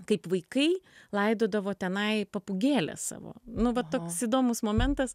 kaip vaikai laidodavo tenai papūgėlės savo nu va toks įdomus momentas